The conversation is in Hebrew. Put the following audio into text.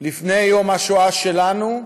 לפני יום השואה שלנו,